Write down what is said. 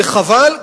וחבל,